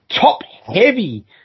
top-heavy